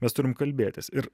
mes turim kalbėtis ir